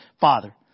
Father